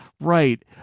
right